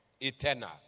Eternal